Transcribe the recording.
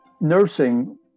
nursing